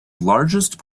largest